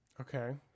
Okay